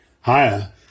higher